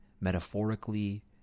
metaphorically